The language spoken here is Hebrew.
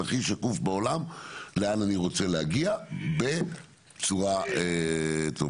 הכי שקוף בעולם לאן אני רוצה להגיע בצורה טובה.